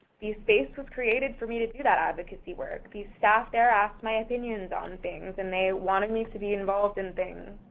the space was created for me to do that advocacy work. the staff there asked my opinions on things. and they wanted me to be involved in things.